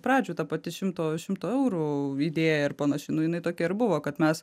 pradžių ta pati šimto šimto eurų idėja ir panaši nu jinai tokia ir buvo kad mes